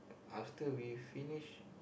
after we finished